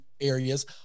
areas